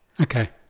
Okay